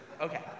Okay